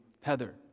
Heather